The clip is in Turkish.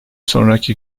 sonraki